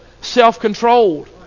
self-controlled